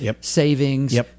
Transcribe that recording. savings